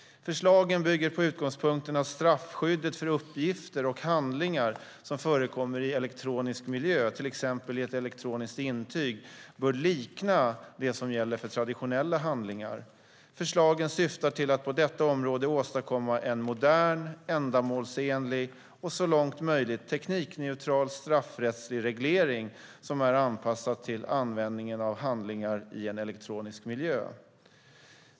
Förslagen bygger på utgångspunkten att straffskyddet för uppgifter och handlingar som förekommer i elektronisk miljö, till exempel i ett elektroniskt intyg, bör likna det som gäller för traditionella handlingar. Förslagen syftar till att på detta område åstadkomma en modern, ändamålsenlig och så långt möjligt teknikneutral straffrättslig reglering som är anpassad till användningen av handlingar i en elektronisk miljö.